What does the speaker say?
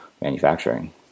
manufacturing